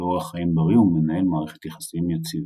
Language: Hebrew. אורח חיים בריא ומנהל מערכת יחסים יציבה.